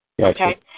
Okay